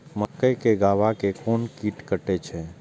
मक्के के गाभा के कोन कीट कटे छे?